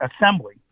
assembly